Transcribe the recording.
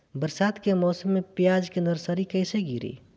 बरसात के मौसम में प्याज के नर्सरी कैसे गिरी?